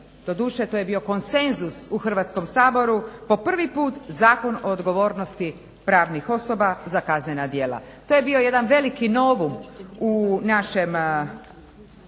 doduše to je bio konsenzus u Hrvatskom saboru, po prvi put Zakon o odgovornosti pravnih osoba za kaznena djela. To je bio jedan veliki novum u našem